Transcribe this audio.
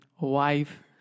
wife